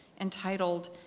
entitled